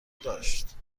داشت